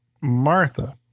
Martha